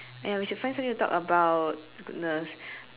!aiya! we should find something to talk about goodness